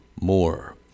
more